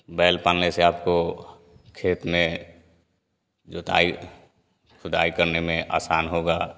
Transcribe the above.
बैल पालने से आपको खेत में जुताई खुदाई करने में आसान होगा